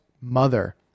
mother